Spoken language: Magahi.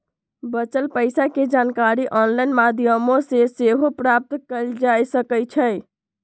बच्चल पइसा के जानकारी ऑनलाइन माध्यमों से सेहो प्राप्त कएल जा सकैछइ